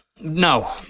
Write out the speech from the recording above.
No